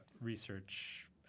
research